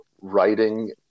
writing